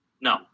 No